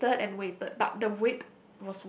waited and waited but the wait